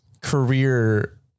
career